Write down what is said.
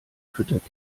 füttert